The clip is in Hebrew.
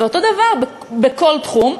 ואותו דבר בכל תחום,